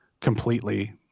completely